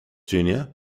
junior